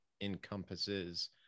encompasses